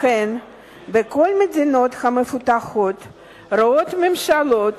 לכן בכל המדינות המפותחות רואות הממשלות